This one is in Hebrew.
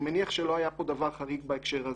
אני מניח שלא היה פה דבר חריג בהקשר הזה.